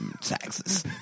Taxes